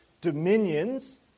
dominions